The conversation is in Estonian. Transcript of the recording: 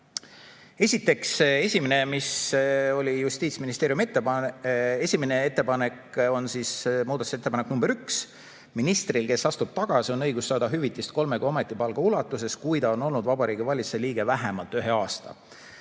Esiteks esimene, mis oli Justiitsministeeriumi ettepanek. Esimene ettepanek on muudatusettepanek nr 1: "Ministril, kes astub tagasi, on õigus saada hüvitist kolme kuu ametipalga ulatuses, kui ta on olnud Vabariigi Valitsuse liige vähemalt ühe aasta."